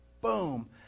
Boom